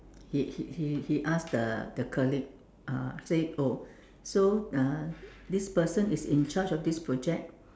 he he he asked the the colleague uh say oh so uh this person is in charge of this project